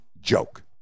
joke